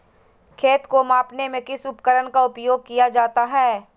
खेत को मापने में किस उपकरण का उपयोग किया जाता है?